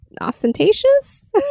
ostentatious